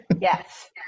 Yes